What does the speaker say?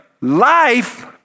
life